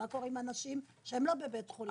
מה קורה עם אנשים שהם לא בבית חולים?